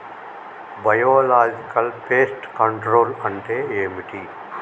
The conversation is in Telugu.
బయోలాజికల్ ఫెస్ట్ కంట్రోల్ అంటే ఏమిటి?